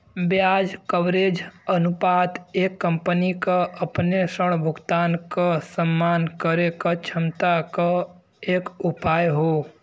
ब्याज कवरेज अनुपात एक कंपनी क अपने ऋण भुगतान क सम्मान करे क क्षमता क एक उपाय हौ